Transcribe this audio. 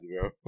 bro